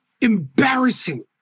embarrassing